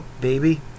baby